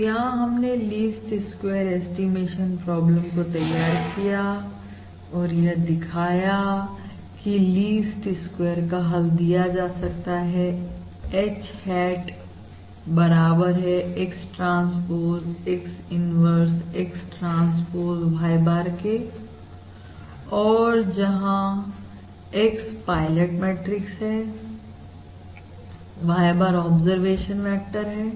तो यहां हमने लीस्ट स्क्वेयर ऐस्टीमेशन प्रॉब्लम को तैयार किया और यह दिखाया की लिस्ट स्क्वेयर का हल दिया जा सकता है h hat बराबर है X transpose X inverse X transpose y bar के और जहां x पायलट मैट्रिक्स है y bar ऑब्जरवेशन वेक्टर है